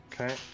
Okay